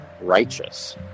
righteous